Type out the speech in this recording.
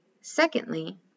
Secondly